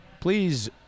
Please